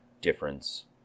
difference